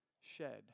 shed